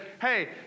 Hey